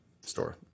store